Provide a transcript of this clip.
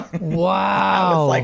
Wow